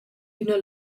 üna